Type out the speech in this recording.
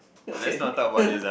okay